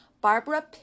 Barbara